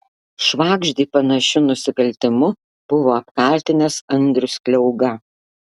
švagždį panašiu nusikaltimu buvo apkaltinęs andrius kliauga